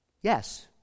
Yes